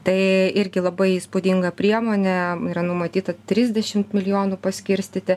tai irgi labai įspūdinga priemonė yra numatyta trisdešimt milijonų paskirstyti